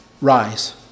rise